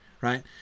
right